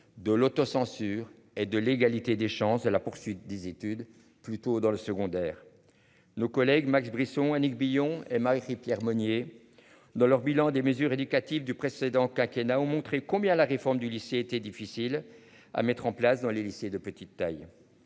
de l'autocensure et de l'égalité des chances et la poursuite des études plutôt dans le secondaire. Nos collègues Max Brisson Annick Billon, elle m'a écrit Pierre Monnier. Dans leur bilan des mesures éducatives du précédent quinquennat ont montré combien la réforme du lycée été difficile à mettre en place dans les lycées de petite taille.